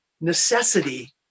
necessity